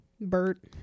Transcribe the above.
Bert